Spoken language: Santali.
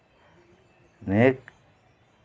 ᱱᱤᱭᱟᱹᱜᱮ